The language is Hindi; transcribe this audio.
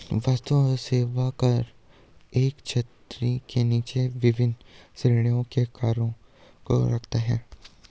वस्तु और सेवा कर एक छतरी के नीचे विभिन्न श्रेणियों के करों को रखता है